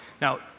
Now